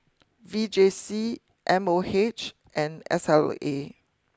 V J C M O H and S L A